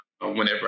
Whenever